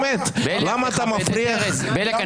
למה אתה מפריח --- בליאק,